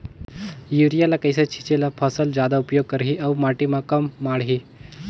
Urea ल कइसे छीचे ल फसल जादा उपयोग करही अउ माटी म कम माढ़ही?